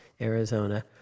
Arizona